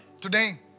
Today